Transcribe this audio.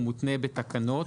הוא מותנה בתקנות.